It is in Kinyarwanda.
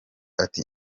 ati